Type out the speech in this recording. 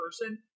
person